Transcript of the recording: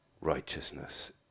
righteousness